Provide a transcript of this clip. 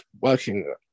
working